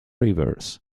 rivers